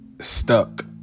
stuck